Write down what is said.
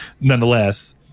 nonetheless